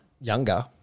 Younger